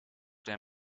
their